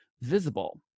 visible